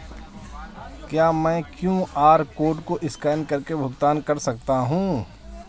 क्या मैं QR code को स्कैन करके भुगतान कर सकता हूं?